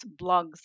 blogs